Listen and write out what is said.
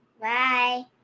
Bye